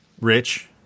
Rich